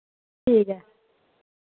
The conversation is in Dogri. ठीक ऐ